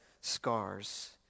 scars